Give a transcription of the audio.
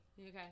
Okay